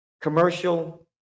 commercial